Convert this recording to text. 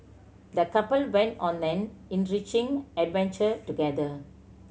the couple went on an enriching adventure together